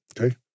okay